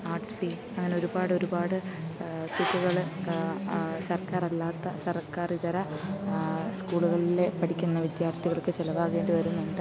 arts fee അങ്ങനെ ഒരുപാട് ഒരുപാട് തുകകൾ സർക്കാറല്ലാത്ത സർക്കാർ ഇതര സ്കൂളുകളിൽ പഠിക്കുന്ന വിദ്യാർത്ഥികൾക്ക് ചെലവാക്കേണ്ടി വരുന്നുണ്ട്